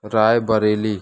Rae Bareli